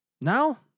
Now